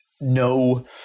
no